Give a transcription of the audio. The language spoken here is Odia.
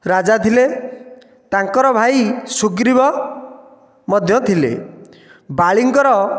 ରାଜା ଥିଲେ ତାଙ୍କର ଭାଇ ସୁଗ୍ରୀବ ମଧ୍ୟ ଥିଲେ ବାଳୀଙ୍କର